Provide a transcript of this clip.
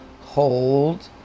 hold